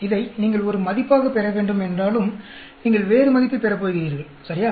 இதை நீங்கள் ஒரு மதிப்பாகப் பெற வேண்டும் என்றாலும் நீங்கள் வேறு மதிப்பைப் பெறப் போகிறீர்கள் சரியா